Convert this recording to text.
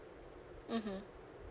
mmhmm